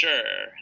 Sure